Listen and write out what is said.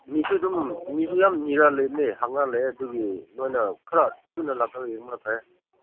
ꯃꯤꯁꯨ ꯑꯗꯨꯝ ꯃꯤꯁꯨ ꯌꯥꯝ ꯂꯩꯕꯅꯤ ꯍꯪꯉ ꯂꯩꯌꯦ ꯑꯗꯨꯒꯤ ꯅꯣꯏꯅ ꯈꯔ ꯊꯨꯅ ꯂꯥꯛꯂꯒ ꯌꯦꯡꯕꯅ ꯐꯩꯌꯦ